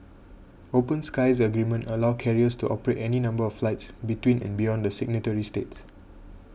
open skies agreements allow carriers to operate any number of flights between and beyond the signatory states